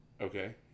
Okay